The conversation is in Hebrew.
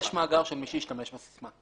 יש מאגר של מי שישתמש בסיסמה.